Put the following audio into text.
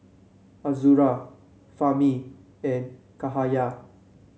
Azura Fahmi and Cahaya